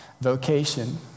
vocation